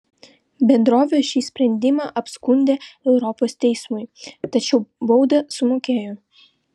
bendrovė šį sprendimą apskundė europos teismui tačiau baudą sumokėjo